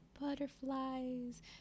butterflies